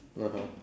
(uh huh)